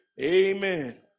amen